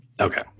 Okay